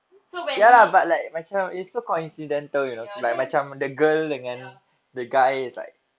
so when her ya then ya